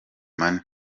money